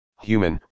Human